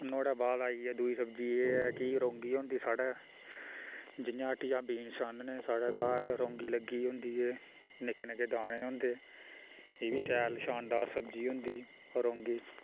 नुआढ़ै बाद आई गेआ दुई सब्ज़ी एह् ऐ कि रौंगी होंदी साढ़ै जियां हट्टियै बीन्स आहन्ने साढ़ै घर रौंगी लग्गी दी होंदी ऐ निक्के निक्के दाने होंदे एह् बी शैल शानदार सब्ज़ी होंदी रौंगी